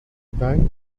bank